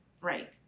Right